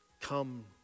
come